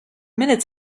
minutes